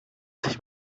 sich